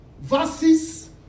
verses